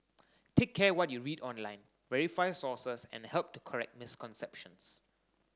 take care what you read online verify sources and help to correct misconceptions